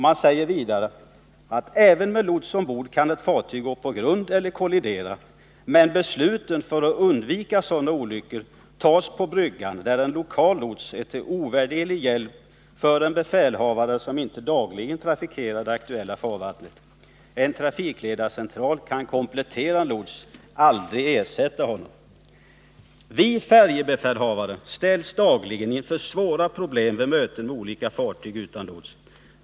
Man säger vidare: ”Även med lots ombord kan ett fartyg gå på grund eller kollidera, men besluten för att undvika sådana olyckor tas på bryggan, där en lokal lots är till ovärderlig hjälp för en befälhavare, som inte dagligen trafikerar det aktuella farvattnet. En trafikledarcentral kan komplettera en lots, aldrig ersätta honom. Vi färjebefälhavare ställs dagligen inför svåra problem vid möten med olika fartyg utan lots.